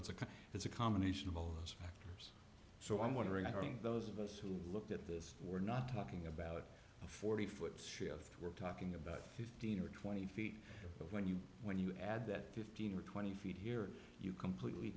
it's a it's a combination of all those so i'm wondering i think those of us who looked at this we're not talking about a forty foot shift we're talking about fifteen or twenty feet but when you when you add that fifteen or twenty feet here you completely